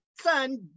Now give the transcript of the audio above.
son